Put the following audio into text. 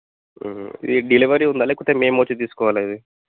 ఇది డెలివరీ ఉందా లేకపోతే మేము వచ్చి తీసుకోవాలా ఇది